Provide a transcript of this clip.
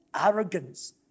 arrogance